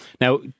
now